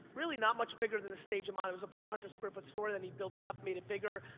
really not much bigger than the stage i'm on, it was a four hundred square foot store, then he built it up, made it bigger,